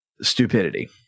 stupidity